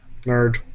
Nerd